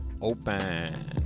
open